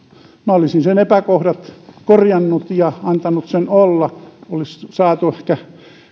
olisin sen epäkohdat korjannut ja antanut sen olla olisi saatu ehkä